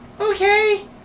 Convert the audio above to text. Okay